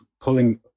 pulling